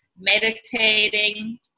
meditating